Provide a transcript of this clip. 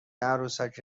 عروسک